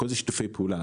הכול זה שיתופי פעולה.